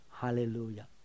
Hallelujah